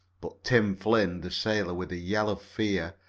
but tim flynn, the sailor, with a yell of fear,